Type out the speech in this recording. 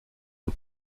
and